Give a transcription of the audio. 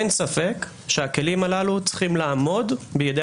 אין ספק שהכלים הללו צריכים לעמוד בידי